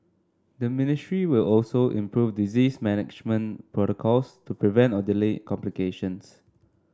the ministry will also improve disease management protocols to prevent or delay complications